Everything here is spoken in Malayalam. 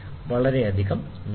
വളരെയധികം നന്ദി